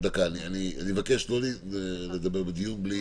אני רק רוצה לומר שבהחלטה יש הבדל בין